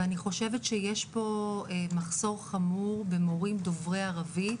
ואני חושבת שיש פה מחסור חמור במורים דוברי ערבית